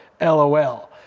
LOL